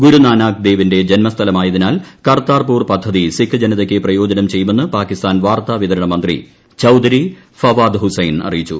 ഗുരുനാനാക് ദേവിന്റെ ജന്മസ്ഥലമായതിനാൽ കർതാർപൂർ പദ്ധതി സിക്ക് ജനതയ്ക്ക് പ്രയോജനം ചെയ്യുമെന്ന് പാകിസ്ഥാൻ വാർത്താ വിതരണ മന്ത്രി ചൌധരി ഫവാദ് ഹുസൈൻ അറിയിച്ചു